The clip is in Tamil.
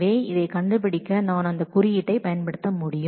எனவே இதைக் கண்டுபிடிக்க நான் அதை இன்டெக்ஸ் ஆக பயன்படுத்த முடியும்